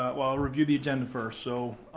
i'll review the agenda first. so,